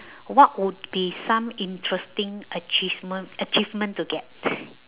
what would be some interesting achievement achievement to get